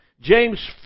James